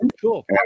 Cool